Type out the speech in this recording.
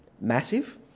massive